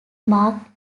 marked